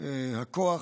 הכוח